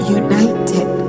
united